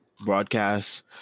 broadcast